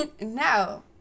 No